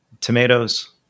tomatoes